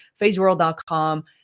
Phaseworld.com